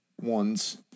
ones